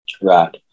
Right